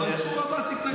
מנסור עבאס התנגד.